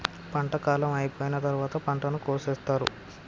పంట కాలం అయిపోయిన తరువాత పంటను కోసేత్తారు